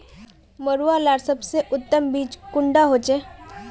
मरुआ लार सबसे उत्तम बीज कुंडा होचए?